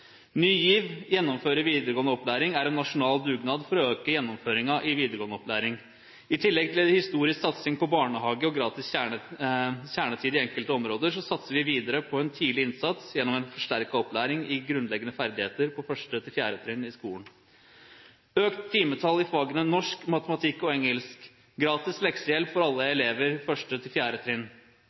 Ny GIV – Gjennomføring i videregående opplæring – er en nasjonal dugnad for å øke gjennomføringen i videregående opplæring. I tillegg til en historisk satsing på barnehage og gratis kjernetid i enkelte områder, satser vi videre på en tidlig innsats gjennom en forsterket opplæring i grunnleggende ferdigheter på 1.–4. trinn i skolen. Økt timetall i fagene norsk, matematikk og engelsk og gratis leksehjelp for alle elever